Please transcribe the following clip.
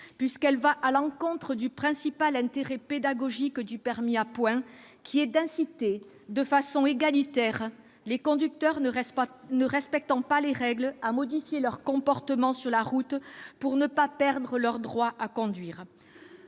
puisqu'elle va à l'encontre du principal intérêt pédagogique du permis à points, qui est d'inciter, de façon égalitaire, les conducteurs ne respectant pas les règles à modifier leur comportement sur la route pour ne pas perdre leur droit à conduire.